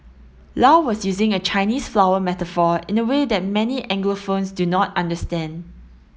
Low was using a Chinese flower metaphor in a way that many of Anglophones do not understand